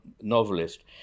novelist